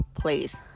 please